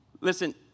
Listen